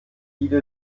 viele